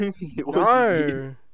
No